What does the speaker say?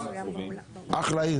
אחלה עיר.